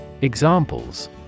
Examples